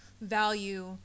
value